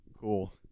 cool